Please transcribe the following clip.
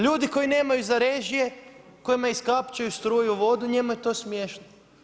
Ljudi koji nemaju za režije, kojima iskapčaju struju, vodu, njemu je to smiješno.